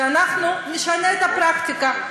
שנשנה את הפרקטיקה.